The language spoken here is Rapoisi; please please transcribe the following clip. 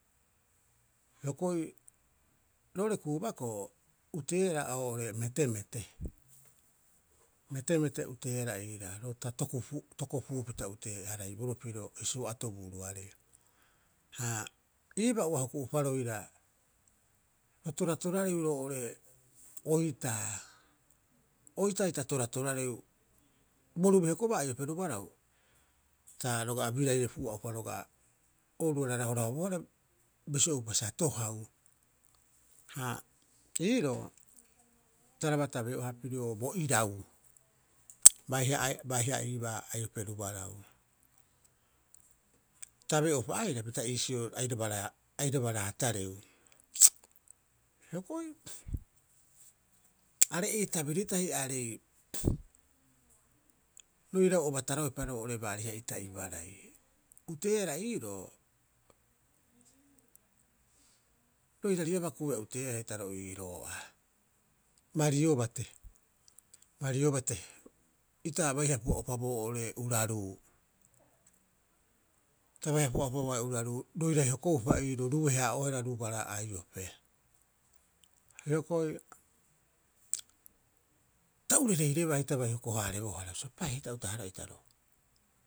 Hioko'i roo'ore kuubako'o uteeara oo'ore Betebete. Betebete uteeara iira ro ta Tokopu'u pita uteeharaiboroo pirio hisu'o atobuuroarei. Ha iibaa ua huku'upa roira ro toratorareu roo'ore oitaa. Oitaa ita toratorareu. Bo rube hokobaa aiope rubarau, ta roga'a biraire pua'upa roga'a ooruara rahorahobohara bisio'upa sa tohau. Ha iiroo taraba tabeo'aha pirio bo irau baiha iibaa aiope rubarau. Tabeo'upa aira pita iisio airaba raa, airaba raatareu. Hioko'i are'ei tabiri tahi aarei roirau obataroepa roo'ore baariha'ita ibarai. Uteeara iiroo, roirariaba hita uteara kubea ro iiroo a, Bariobate, Bariobate ita baiha pua'upa boo'ore Uraruu ta baiha pua'upa boo'ore Uraruu roirai hokoupa iiroo rube- haa'oehara rubara aiope. Hioko'i ta urireirebaa hita bai hoko- haarebohara bisio pae heta'uta- hara'ita roo.